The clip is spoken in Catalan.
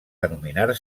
denominar